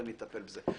ואני אטפל בזה.